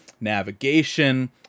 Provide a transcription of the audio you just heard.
navigation